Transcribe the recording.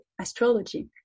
astrology